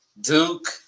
Duke